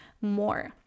more